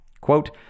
quote